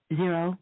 zero